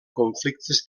conflictes